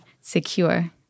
secure